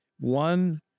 One